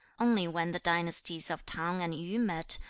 only when the dynasties of t'ang and yu met,